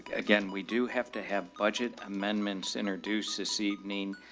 again, we do have to have budget amendments introduced this evening.